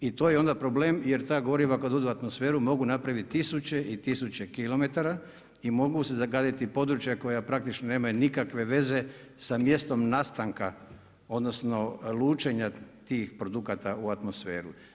I to je onda problem, jer ta goriva kad dođu u atmosferu mogu napraviti tisuće i tisuće kilometara i mogu zagaditi područja koja praktično nemaju nikakve veze sa mjestom nastanka, odnosno lučenja tih produkata u atmosferu.